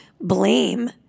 blame